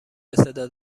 بصدا